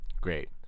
Great